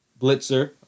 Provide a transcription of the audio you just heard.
blitzer